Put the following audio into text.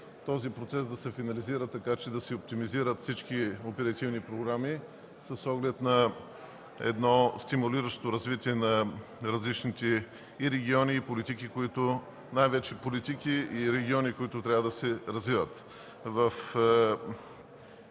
този процес да се финализира така, че да се оптимизират всички оперативни програми с оглед на едно стимулиращо развитие на различните региони и политики, които трябва да се развиват